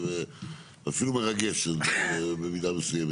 ואפילו מרגש במידה מסוימת.